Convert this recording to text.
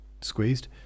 squeezed